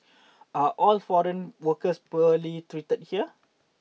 are all foreign workers poorly treated here